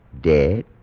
Dead